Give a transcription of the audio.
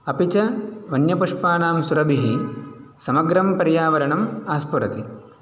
अपि च वन्यपुष्पाणां सुरभिः समग्रं पर्यावरणम् आस्फुरति